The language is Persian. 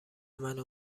منو